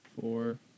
Four